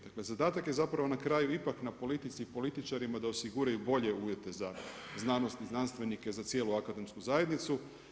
Dakle, zadatak je zapravo na kraju ipak na politici i političarima da osiguraju bolje uvjete za znanost i znanstvenike, za cijelu akademsku zajednicu.